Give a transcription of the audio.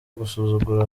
gusuzugura